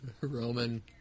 Roman